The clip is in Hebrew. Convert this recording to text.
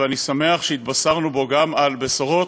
ואני שמח שהתבשרנו בו גם בבשורות.